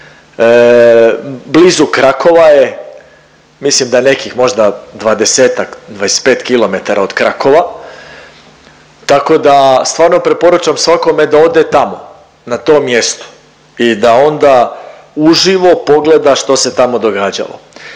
Blizu Krakova je, mislim da nekih možda 20-ak, 25km od Krakova tako da stvarno preporučam svakome da ode tamo na to mjesto i da onda uživo pogleda što se tamo događalo.